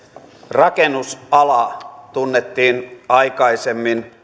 rakennusala tunnettiin aikaisemmin